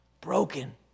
Broken